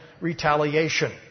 retaliation